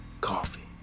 coffee